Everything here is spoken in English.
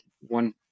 one